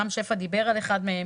רם שפע דיבר על אחד מהם.